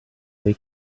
they